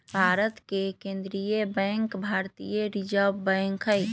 भारत के केंद्रीय बैंक भारतीय रिजर्व बैंक हइ